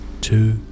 Two